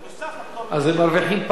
נוסף על פטור, אז הם מרוויחים פעמיים.